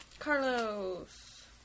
Carlos